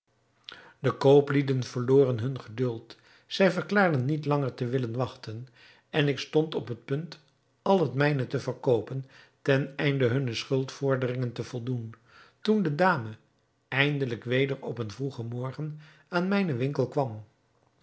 de kooplieden verloren hun geduld zij verklaarden niet langer te willen wachten en ik stond op het punt al het mijne te verkoopen ten einde hunne schuldvorderingen te voldoen toen de dame eindelijk weder op een vroegen morgen aan mijnen winkel kwam